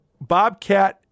Bobcat